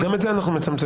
גם את זה אנחנו מצמצמים.